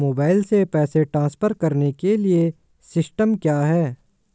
Mobile से पैसे transfer करने के लिए सिस्टम क्या है?